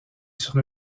sur